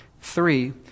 Three